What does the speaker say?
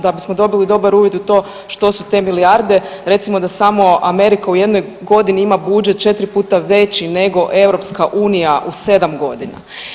Da bismo dobili dobar uvid u to što su te milijarde recimo da samo Amerika u jednoj godini ima budžet četiri puta veći nego EU u 7 godina.